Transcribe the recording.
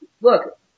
look